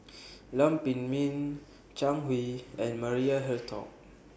Lam Pin Min Zhang Hui and Maria Hertogh